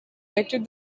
directed